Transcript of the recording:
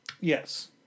Yes